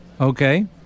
okay